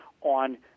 on